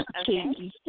Okay